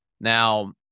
Now